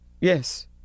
Yes